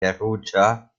perugia